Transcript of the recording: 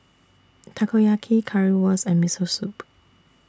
Takoyaki Currywurst and Miso Soup